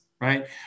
right